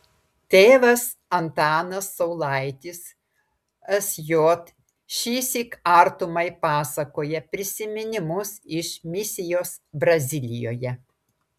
tėvas antanas saulaitis sj šįsyk artumai pasakoja prisiminimus iš misijos brazilijoje